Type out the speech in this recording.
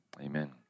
amen